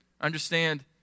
understand